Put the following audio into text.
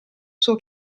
sua